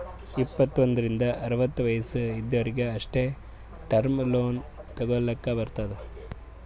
ಇಪ್ಪತ್ತು ಒಂದ್ರಿಂದ್ ಅರವತ್ತ ವಯಸ್ಸ್ ಇದ್ದೊರಿಗ್ ಅಷ್ಟೇ ಟರ್ಮ್ ಲೋನ್ ತಗೊಲ್ಲಕ್ ಬರ್ತುದ್